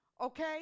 okay